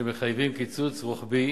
שמחייבים קיצוץ רוחבי